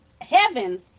heavens